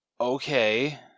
okay